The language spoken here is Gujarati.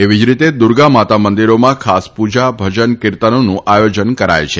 એવી જ રીતે દુર્ગા માતા મંદિરોમાં ખાસ પૂજા ભજન અને કિર્તનોનું આયોજન કરાય છે